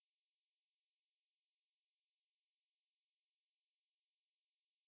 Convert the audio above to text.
then 你几时开始工作 eh you sound like started quite working quite young